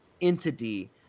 entity